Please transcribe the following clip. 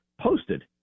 posted